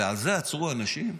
ועל זה עצרו אנשים,